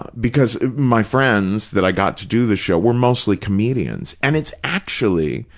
because my friends that i got to do the show were mostly comedians, and it's actually,